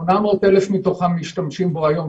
800,000 מתוכם משתמשים בו היום.